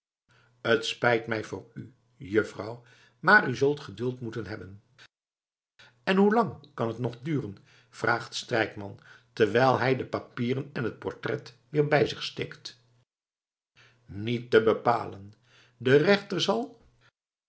t spijt mij voor u juffrouw maar u zult geduld moeten hebben en hoe lang kan het nog duren vraagt strijkman terwijl hij de papieren en t portret weer bij zich steekt niet te bepalen de rechter zal